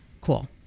cool